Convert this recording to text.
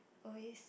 always